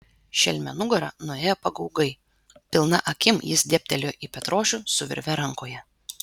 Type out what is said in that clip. šelmio nugara nuėjo pagaugai pilna akim jis dėbtelėjo į petrošių su virve rankoje